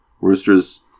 Rooster's